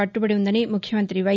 కట్టుబడి ఉందని ముఖ్యమంతి వై